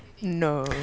No